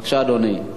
בבקשה, אדוני.